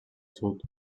sud